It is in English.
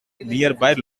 nearby